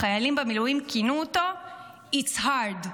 החיילים במילואים כינו אותו it's hard.